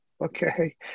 okay